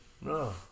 No